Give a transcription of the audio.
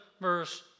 verse